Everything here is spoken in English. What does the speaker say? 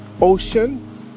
Ocean